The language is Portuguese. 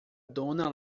duna